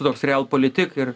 toks real politik ir